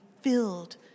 filled